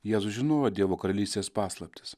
jėzus sužinojo dievo karalystės paslaptis